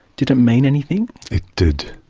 did it mean anything? it did.